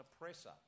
oppressor